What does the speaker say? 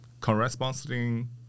corresponding